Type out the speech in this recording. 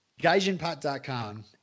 Gaijinpot.com